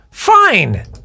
fine